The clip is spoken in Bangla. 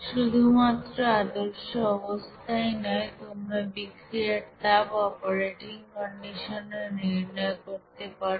শুধুমাত্র আদর্শ অবস্থাই নয় তোমরা বিক্রিয়ার তাপ অপারেটিং কন্ডিশনেও নির্ণয় করতে পারো